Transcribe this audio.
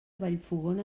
vallfogona